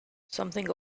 something